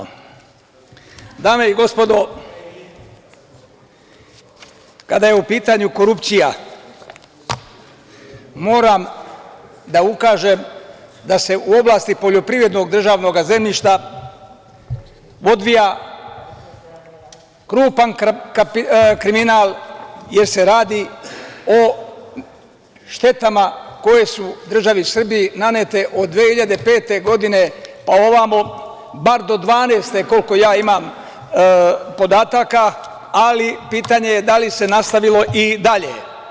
Dame i gospodo narodni poslanici, kada je u pitanju korupcija moram da ukažem da se u oblasti poljoprivrednog državnog zemljišta odvija krupan kriminal, jer se radi o štetama koje su državi Srbiji nanete od 2005. godine pa ovamo, bar do 2012. godine, koliko ja imam podataka, ali pitanje je da li se nastavilo i dalje.